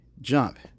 Jump